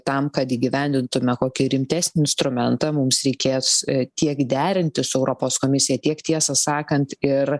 tam kad įgyvendintume kokį rimtesnį instrumentą mums reikės tiek derinti su europos komisija tiek tiesą sakant ir